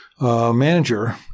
Manager